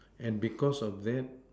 and because of that